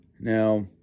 Now